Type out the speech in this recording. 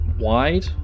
wide